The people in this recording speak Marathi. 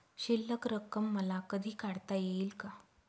शिल्लक रक्कम मला कधी काढता येईल का?